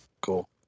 cool